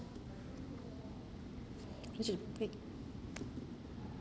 we should pick